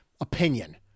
opinion